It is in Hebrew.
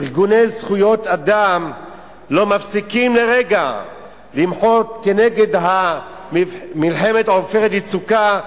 ארגוני זכויות אדם לא מפסיקים לרגע למחות כנגד מלחמת "עופרת יצוקה".